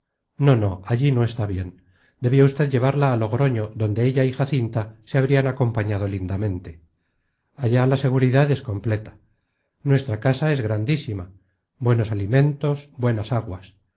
no no allí no está bien debió usted llevarla a logroño donde ella y jacinta se habrían acompañado lindamente allá la seguridad es completa nuestra casa es grandísima buenos alimentos buenas aguas